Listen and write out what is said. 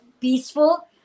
peaceful